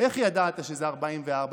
איך ידעת שזה 44?